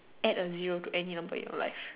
add a zero to any number in your life